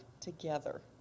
together